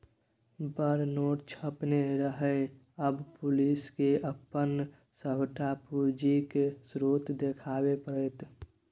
बड़ नोट छापने रहय आब पुलिसकेँ अपन सभटा पूंजीक स्रोत देखाबे पड़तै